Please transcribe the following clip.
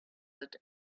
that